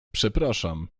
przepraszam